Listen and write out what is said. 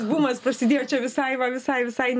bumas prasidėjo čia visai va visai visai